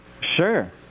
Sure